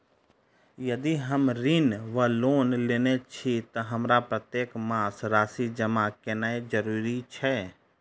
यदि हम ऋण वा लोन लेने छी तऽ हमरा प्रत्येक मास राशि जमा केनैय जरूरी छै?